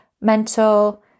mental